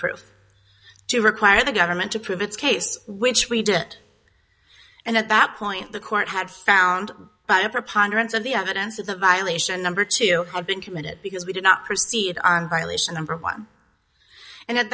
approve to require the government to prove its case which we did and at that point the court had found by a preponderance of the evidence of the violation number to have been committed because we did not proceed on violation and provided and at